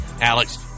Alex